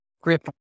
grip